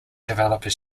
developer